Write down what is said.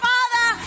Father